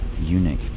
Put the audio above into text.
eunuch